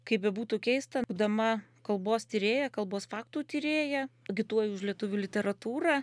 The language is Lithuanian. kaip bebūtų keista būdama kalbos tyrėja kalbos faktų tyrėja agituoju už lietuvių literatūrą